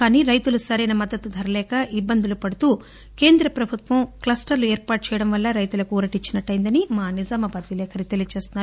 కానీ రైతులు సరైన మద్గతు ధర లేక ఇబ్బందులు పడుతున్న రైతులు కేంద్ర ప్రభుత్వం క్లస్టర్ లు ఏర్పాటు చేయడం వల్ల రైతులకు ఊరటను ఇచ్చినట్టు అయిందని మా నిజామాబాద్ విలేకరి తెలియజేస్తున్నారు